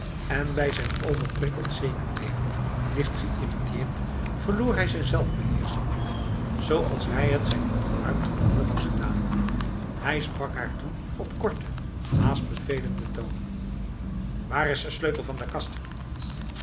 en bij zijn overprikkeld zenuwleven licht geïrriteerd verloor hij zijn zelfbeheersing zoals hij het zijn opgeruimd humeur had gedaan hij sprak haar toe op korte haast bevelende toon waar is de sleutel van de kast